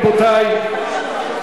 רבותי,